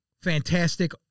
Fantastic